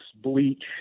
bleach